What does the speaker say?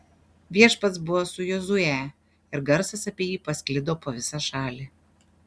viešpats buvo su jozue ir garsas apie jį pasklido po visą šalį